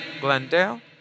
Glendale